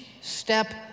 step